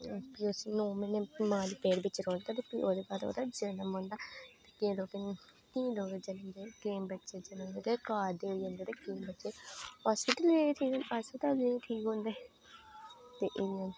प्ही इसी नौ म्हीने दा मां दे पेट बिच रौंहदा फिह् ओहदे बाद केई लोके जंदे घर ते होई जंदा केंई बच्चे हस्पिटल जाई होंदे ठीक ते इयां